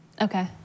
Okay